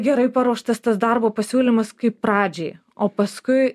gerai paruoštas tas darbo pasiūlymas kaip pradžiai o paskui